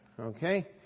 Okay